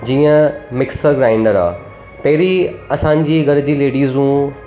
जीअं mixer grinder आहे पहिरीं असांजी घर जी लेडिज़ूं